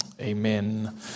Amen